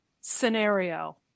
scenario